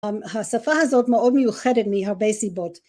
‫השפה הזאת מאוד מיוחדת ‫מהרבה סיבות.